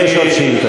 יש עוד שאילתה.